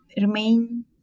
remain